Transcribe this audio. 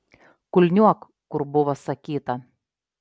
kulniuok kur buvo sakyta